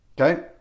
okay